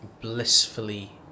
Blissfully